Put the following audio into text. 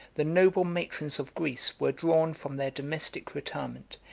the noble matrons of greece were drawn from their domestic retirement,